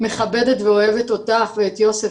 מכבד אותך ואת יוסף,